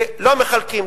ולא מחלקים,